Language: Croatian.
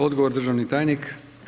Odgovor, državni tajnik.